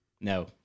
No